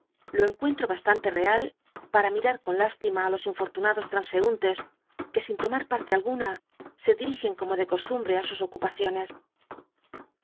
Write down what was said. lo cncucntj'o bastante real para miral con hstima ú los infortunados lmnscuntcs que sin loma pattc alguna se dirigen como de costumbre ü su ocupaciones